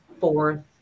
fourth